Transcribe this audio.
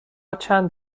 چند